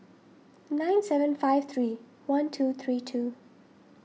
nine seven five three one two three two